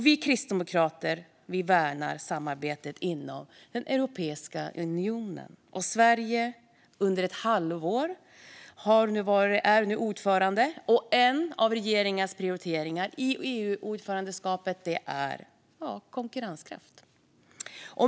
Vi kristdemokrater värnar samarbetet inom Europeiska unionen där Sverige under ett halvår nu är ordförande. En av regeringens prioriteringar i EU-ordförandeskapet är konkurrenskraft.